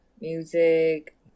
music